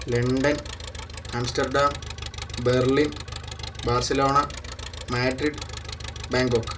London Amsterdam Berlin Barcelona Madrid Bangkok